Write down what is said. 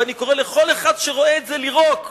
ואני קורא לכל אחד שרואה את זה לירוק";